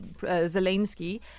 Zelensky